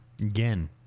Again